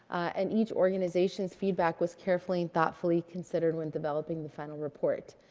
and each organization's feedback was carefully and thoughtfully considered when developing the final report.